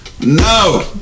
No